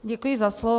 Děkuji za slovo.